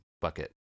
bucket